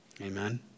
Amen